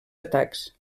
atacs